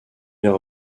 bien